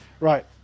Right